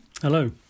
Hello